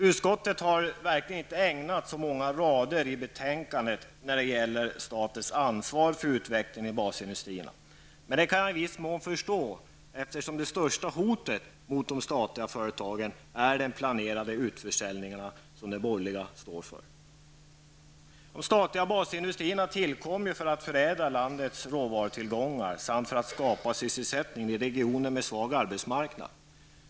Utskottet har verkligen inte ägnat så många rader i betänkandet åt statens ansvar för utvecklingen av basindustrierna. Jag kan i viss mån förstå det, eftersom det största hotet mot de statliga företagen är de borgerliga partiernas planerade utförsäljning. De statliga basindustrierna tillkom för att förädla landets råvarutillgångar samt för att skapa sysselsättning i regioner med svag arbetsmarknad.